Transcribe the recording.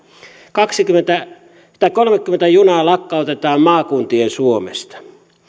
kolmekymmentä junaa lakkautetaan maakuntien suomesta